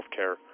healthcare